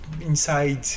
inside